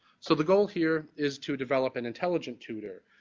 so the goal here is to develop an intelligent tutor.